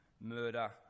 murder